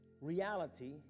reality